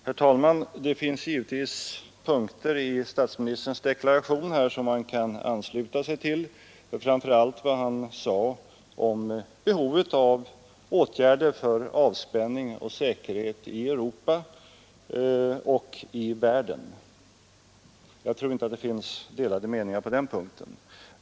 Herr talman! Det finns givetvis en del punkter i statsministerns deklaration som man kan ansluta sig till, framför allt då vad han sade om behovet av åtgärder för avspänning och säkerhet i Europa och i världen. Jag tror inte att det på den punkten råder några delade meningar.